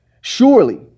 Surely